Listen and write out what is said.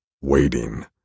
Waiting